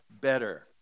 better